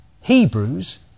Hebrews